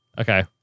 Okay